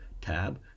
tab